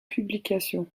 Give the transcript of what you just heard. publications